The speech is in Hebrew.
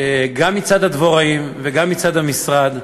גם מצד הדבוראים וגם מצד המשרד,